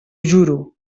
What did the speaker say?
juro